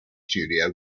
studio